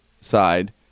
side